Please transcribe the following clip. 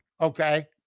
okay